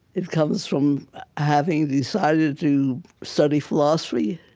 it comes from having decided to study philosophy.